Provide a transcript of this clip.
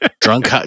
drunk